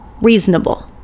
reasonable